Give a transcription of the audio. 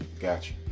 Gotcha